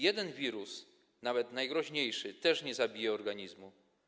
Jeden wirus, nawet najgroźniejszy, też nie zabije organizmu.